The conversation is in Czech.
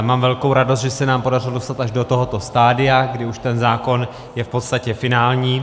Mám velkou radost, že se nám podařilo dostat až do tohoto stadia, kdy už ten zákon je v podstatě finální.